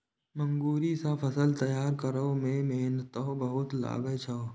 मूंगरी सं फसल तैयार करै मे मेहनतो बहुत लागै छै